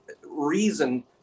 reason